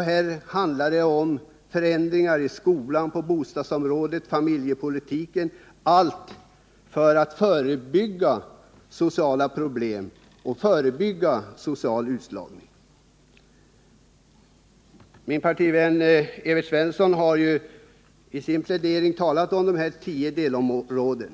Här handlar det om förändringar i skolan, på bostadsområdet och inom familjepolitiken — allt för att förebygga sociala problem och social utslagning. Min partivän Evert Svensson har i sin plädering talat om de tio delområden som motionskraven omfattar.